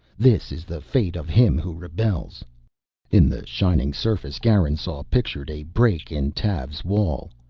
this is the fate of him who rebels in the shining surface garin saw pictured a break in tav's wall.